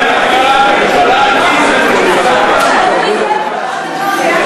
חבר הכנסת עמאר, הלך